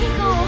go